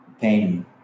pain